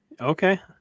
Okay